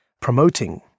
promoting